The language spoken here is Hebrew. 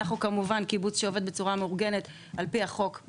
אנחנו כמובן קיבות שעובד בצורה מאורגנת על פי החוק,